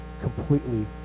completely